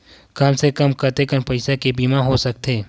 कम से कम कतेकन पईसा के बीमा हो सकथे?